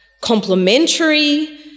complementary